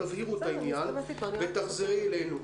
תבהירו את העניין ותחזרי אלינו.